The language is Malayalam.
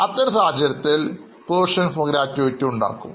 അത്തരം സാഹചര്യങ്ങളിൽ നാം provision for gratuity കണക്കാക്കും